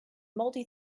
multi